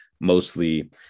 mostly